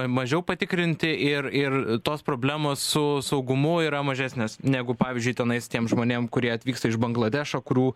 mažiau patikrinti ir ir tos problemos su saugumu yra mažesnės negu pavyzdžiui tenais tiem žmonėm kurie atvyksta iš bangladešo kurių